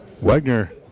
Wagner